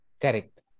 Correct